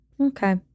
Okay